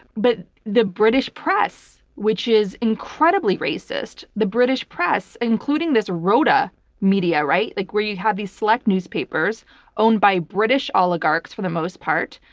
but the british press, which is incredibly racist, the british press, including this rota media like where you have these select newspapers owned by british oligarchs, for the most part,